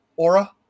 aura